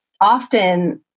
often